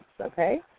Okay